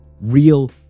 real